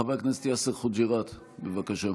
חבר הכנסת יאסר חוג'יראת, בבקשה.